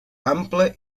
ample